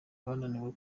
bananiwe